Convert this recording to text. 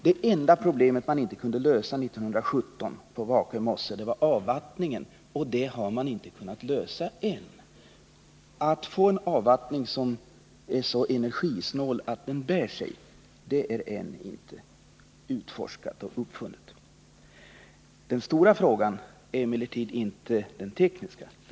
Det enda problem man på Vakö mosse inte kunde lösa 1917 var avvattningen, och det problemet är ännu olöst. Man har ännu inte uppfunnit en avvattningsmetod som är så energisnål att den bär sig. Det stora problemet ligger emellertid inte på det tekniska området.